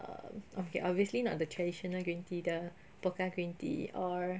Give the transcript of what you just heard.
um okay obviously not the traditional green tea the pokka green tea or